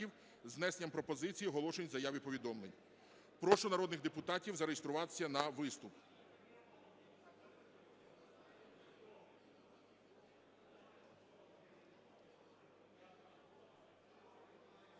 внесенням пропозицій, оголошень, заяв і повідомлень. Прошу народних депутатів зареєструватися на виступи.